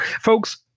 folks